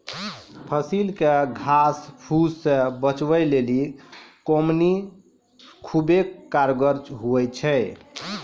फसिल के घास फुस से बचबै लेली कमौनी खुबै कारगर हुवै छै